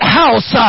house